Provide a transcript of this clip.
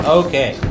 okay